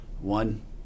One